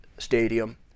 stadium